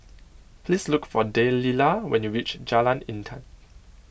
please look for Delila when you reach Jalan Intan